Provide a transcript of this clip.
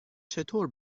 چطور